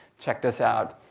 check this out.